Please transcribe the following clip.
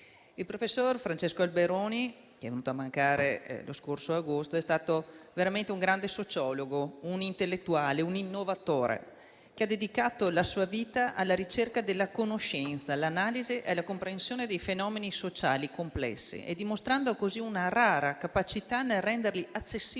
Il professor Francesco Alberoni, che è venuto a mancare lo scorso agosto, è stato un grande sociologo, un intellettuale, un innovatore che ha dedicato la sua vita alla ricerca della conoscenza, all'analisi e alla comprensione dei fenomeni sociali complessi, dimostrando così una rara capacità nel renderli accessibili